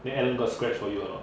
then alan got scratch for you or not